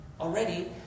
already